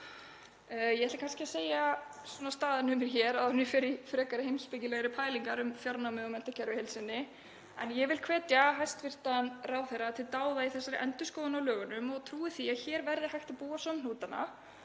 Ég ætla kannski að láta staðar numið hér áður en ég fer í frekari heimspekilegar pælingar um fjarnámið og menntakerfið í heild sinni. En ég vil hvetja hæstv. ráðherra til dáða í þessari endurskoðun á lögunum og trúi því að hér verði hægt að búa svo um hnútana